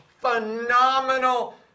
Phenomenal